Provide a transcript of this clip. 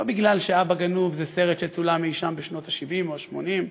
לא בגלל ש"אבא גנוב" זה סרט שצולם אי-שם בשנות ה-70 או ה-80,